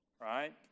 right